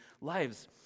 lives